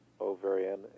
ovarian